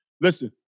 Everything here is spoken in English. Listen